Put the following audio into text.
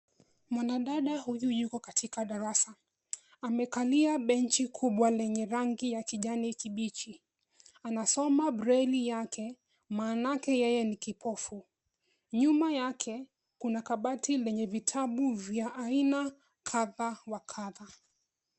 Mwanadada huyu yupo katika darasa. Amekalia benchi(cs) kubwa la rangi ya kijani kibichi. Anasoma breli yake maanake yeye ni kipofu. Nyuma yake, kuna kabati lenye vitabu vya aina kadha wa kadha.